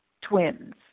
twins